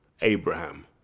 Abraham